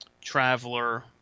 Traveler